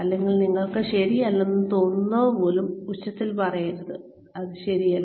അല്ലെങ്കിൽ നിങ്ങൾക്ക് ശരിയല്ലന്നു തോന്നുന്നവ പോലും ഉച്ചത്തിൽ പറയരുത് അത് ശരിയല്ല